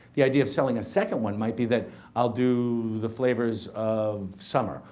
the idea of selling a second one might be that i'll do the flavors of summer,